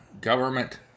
government